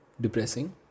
depressing